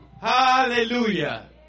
Hallelujah